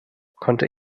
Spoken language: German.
konnte